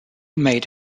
made